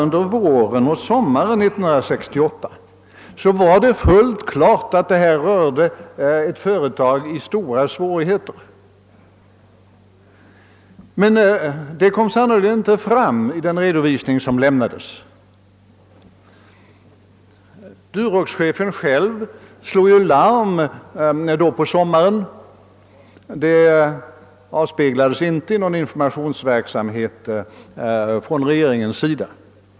Under våren och sommaren 1968 stod det fullt klart att detta företag hade stora svårigheter. Men det kom sannerligen inte fram i den redovisning som lämnades. Duroxchefen själv slog larm på sommaren. Detta avspeglades inte i någon informationsverksamhet från regeringens sida.